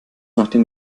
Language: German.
nachdem